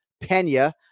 Pena